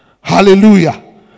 Hallelujah